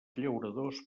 llauradors